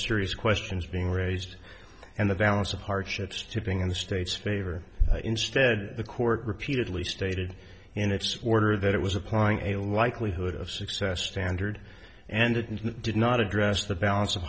serious questions being raised and the balance of hardships tipping in the state's favor instead the court repeatedly stated in its order that it was applying a likelihood of success standard and didn't it did not address the balance of